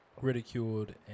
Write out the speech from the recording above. ridiculed